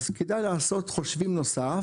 אז כדאי לעשות חושבים נוסף,